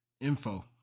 info